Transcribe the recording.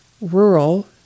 rural